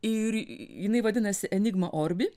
ir jinai vadinasi enigma orbi